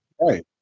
right